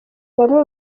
bamwe